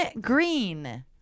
green